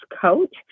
coach